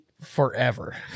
forever